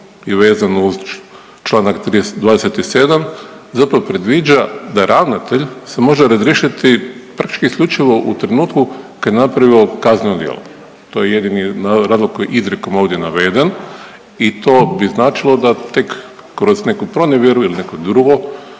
je vezan uz čl. 27, zapravo predviđa da ravnatelj se može razriješiti praktički isključivo kad je napravio kazneno djelo. To je jedini razlog koji je izrijekom ovdje naveden i to bi značilo da tek kroz neku pronevjeru ili neko drugo